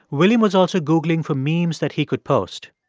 william was also googling for memes that he could post.